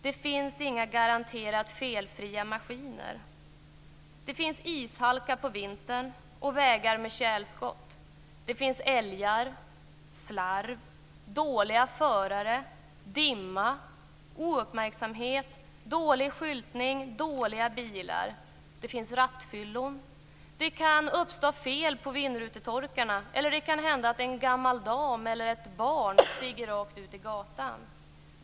Det finns inga garanterat felfria maskiner. Det finns ishalka på vintern och vägar med tjälskott. Det finns älgar, slarv, dåliga förare, dimma, ouppmärksamhet, dålig skyltning, dåliga bilar. Det finns rattfyllon, det kan uppstå fel på vindrutetorkarna eller det kan hända att en gammal dam eller ett barn stiger rakt ut på gatan.